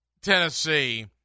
Tennessee